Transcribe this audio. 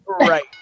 Right